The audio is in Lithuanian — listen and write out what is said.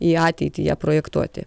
į ateitį ją projektuoti